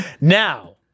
Now